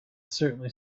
certainly